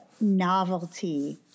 novelty